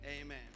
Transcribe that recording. Amen